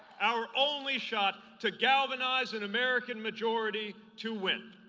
our only shot to galvanize an american majority to win.